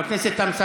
שרת הקליטה?